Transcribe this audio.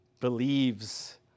believes